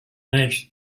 annex